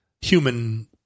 human